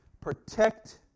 protect